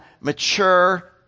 mature